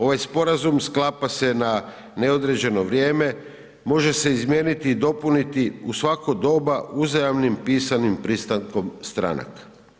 Ovaj sporazum sklapa se na neodređeno vrijeme, može se izmijeniti i dopuniti u svako doba uzajamnim pisanim pristankom stranaka.